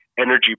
energy